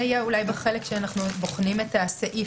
זה יהיה אולי בחלק שאנחנו עוד בוחנים את הסעיף.